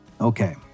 okay